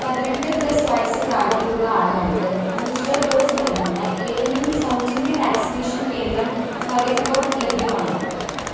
പതിനെട്ട് പ്ലസ് വയസ്സ് പ്രായത്തിലുള്ള ആളുകൾക്ക് ബൂസ്റ്റർ ഡോസ് നൽകുന്ന ഏതെങ്കിലും സൗജന്യ വാക്സിനേഷൻ കേന്ദ്രം ഫരീദ്കോട്ട് ലഭ്യമാണോ